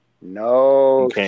No